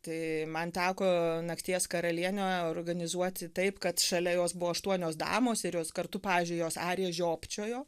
tai man teko nakties karalienę organizuoti taip kad šalia jos buvo aštuonios damos ir jos kartu pavyzdžiui jos ariją žiopčiojo